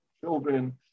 children